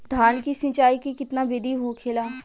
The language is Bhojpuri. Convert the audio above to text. धान की सिंचाई की कितना बिदी होखेला?